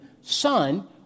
son